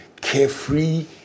Carefree